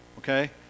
Okay